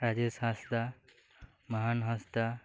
Rajesh Hansda Naran Hansda